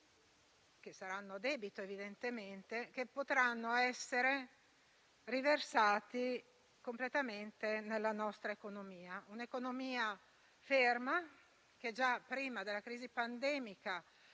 che saranno debito evidentemente, potranno essere riversati completamente nella nostra economia, che già era ferma anche prima della crisi pandemica